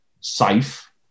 safe